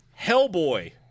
Hellboy